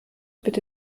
bitte